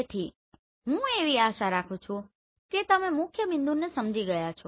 તેથી હું આશા રાખું છું કે તમે મુખ્યબિંદુને સમજી ગયા છો